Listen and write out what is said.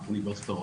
מאוניברסיטאות.